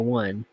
one